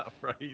right